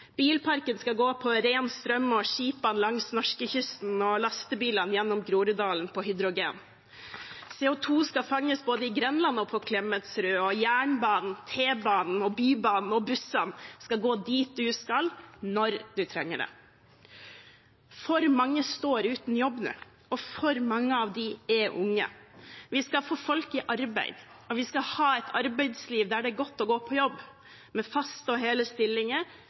Bilparken skal gå på ren strøm og skipene langs norskekysten og lastebilene gjennom Groruddalen på hydrogen. CO 2 skal fanges både i Grenland og på Klemetsrud, og jernbanen, T-banen, Bybanen og bussene skal gå dit du skal, når du trenger det. For mange står uten jobb nå, og for mange av dem er unge. Vi skal få folk i arbeid, og vi skal ha et arbeidsliv der det er godt å gå på jobb, med faste og hele stillinger,